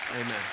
amen